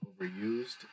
overused